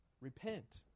Repent